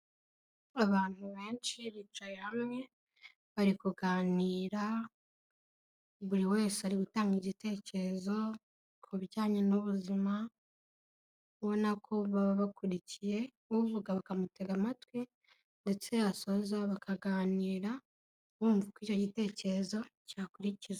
Abantu benshi bicaye hamwe bari kuganira buri wese ari gutanga igitekerezo ku bijyanye n'ubuzima, ubona ko baba bakurikiye uvuga bakamutega amatwi ndetse yasoza bakaganira bumva uko icyo gitekerezo cyakurikizaho.